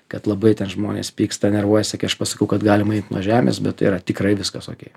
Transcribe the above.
kad labai ten žmonės pyksta nervuojasi kai aš pasakau kad galima imt nuo žemės bet tai yra tikrai viskas okei